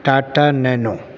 Tata nano